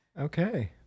Okay